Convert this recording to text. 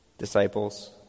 Disciples